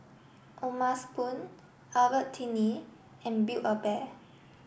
O'ma spoon Albertini and build a bear